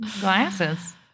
Glasses